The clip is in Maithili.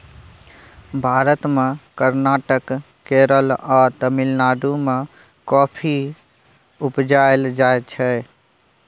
भारत मे कर्नाटक, केरल आ तमिलनाडु मे कॉफी उपजाएल जाइ छै